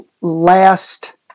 Last